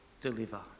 deliver